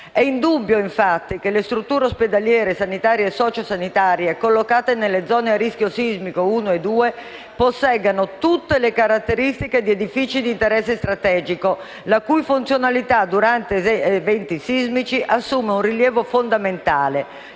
È indubbio, infatti, che le strutture ospedaliere, sanitarie e sociosanitarie collocate nelle zone a rischio sismico 1 e 2 posseggano tutte le caratteristiche di edifici di interesse strategico, la cui funzionalità durante eventi sismici assume un rilievo fondamentale.